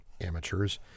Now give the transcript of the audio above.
amateurs